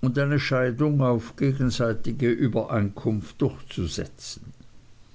und eine scheidung auf gegenseitige übereinkunft durchzusetzen